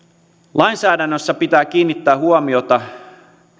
lainsäädännössä pitää kiinnittää huomiota